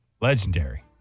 legendary